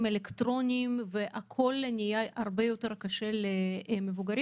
אלקטרוניים והכול הפך הרבה יותר קשה למבוגרים,